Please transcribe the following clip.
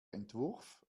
entwurf